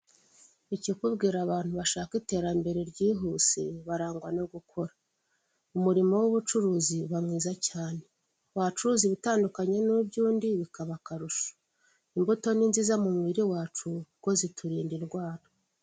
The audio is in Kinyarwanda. Ikikubwira abantu bashaka iterambere ryihuse barangwa no gukora, umurimo w'ubucuruzi uba mwiza cyane, wacuruza ibitandukanye n'iby'undi bikaba akarusho, imbuto ni nziza mu mubiri wacu kuko ziturinda indwara.